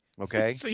okay